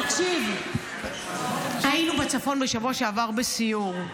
תקשיב, היינו בצפון בשבוע שעבר בסיור.